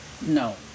No